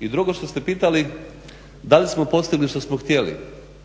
I drugo što ste pitali, da li smo postigli što smo htjeli.